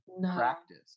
practice